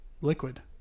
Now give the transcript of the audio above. liquid